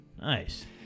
Nice